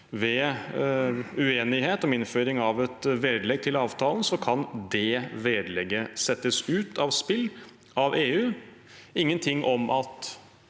ved uenighet om innføring av et vedlegg til avtalen kan det vedlegget settes ut av spill av EU